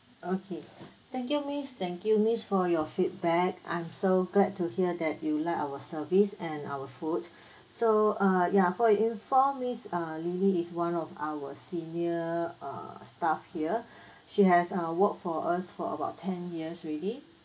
okay thank you miss thank you miss for your feedback I'm so glad to hear that you like our service and our foods so err ya for your info miss uh lily is one of our senior err staff here she has uh worked for us for about ten years already